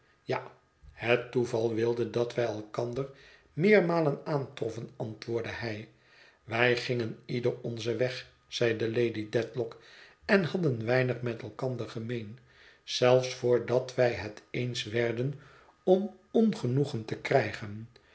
ja het toeval wilde dat wij elkander meermalen aantroffen antwoordde hij wij gingen ieder onzen weg zeide lady dedlock en hadden weinig met elkander gemeen zelfs voordat wij het eens werden om ongenoegen te krijgen